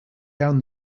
down